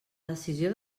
decisió